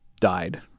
died